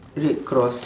red cross